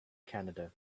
canada